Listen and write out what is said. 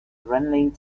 running